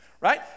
Right